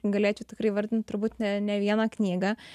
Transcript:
galėčiau tikrai įvardint turbūt ne ne vieną knygą